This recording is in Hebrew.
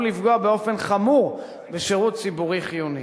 לפגוע באופן חמור בשירות ציבורי חיוני.